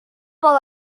bobl